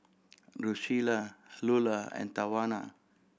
Drucilla Lula and Tawana